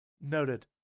Noted